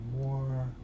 more